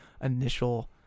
initial